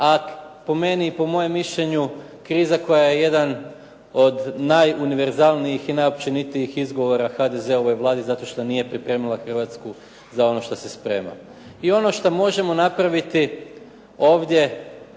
a po meni i po mojem mišljenju kriza koja je jedan od najuniverzalnijih i najopćenitijih izgovora HDZ-ovoj Vladi zato što nije pripremila Hrvatsku za ono što se sprema. I ono što možemo napraviti ovdje